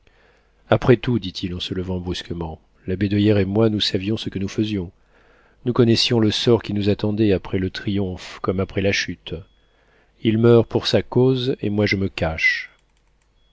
après tout dit-il en se levant brusquement labédoyère et moi nous savions ce que nous faisions nous connaissions le sort qui nous attendait après le triomphe comme après la chute il meurt pour sa cause et moi je me cache